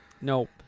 Nope